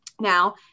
Now